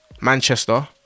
Manchester